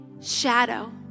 shadow